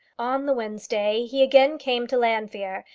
on the wednesday he again came to llanfeare,